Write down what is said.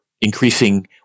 increasing